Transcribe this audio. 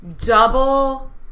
double